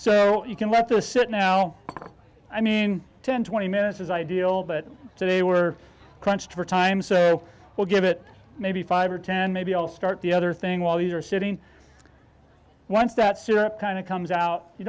so you can lead to a set no i mean ten twenty minutes is ideal but today we're crunched for time so we'll give it maybe five or ten maybe i'll start the other thing while you're sitting once that syrup kind of comes out you